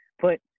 put